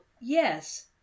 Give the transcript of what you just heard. yes